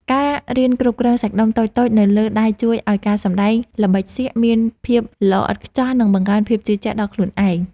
ការរៀនគ្រប់គ្រងសាច់ដុំតូចៗនៅលើដៃជួយឱ្យការសម្តែងល្បិចសៀកមានភាពល្អឥតខ្ចោះ និង បង្កើនភាពជឿជាក់ដល់ខ្លួនឯង។